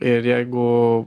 ir jeigu